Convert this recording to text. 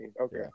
okay